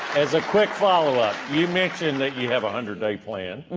as a quick follow-up, you mentioned that you have a hundred a plan?